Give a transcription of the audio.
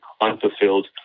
unfulfilled